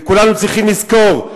וכולנו צריכים לזכור,